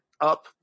up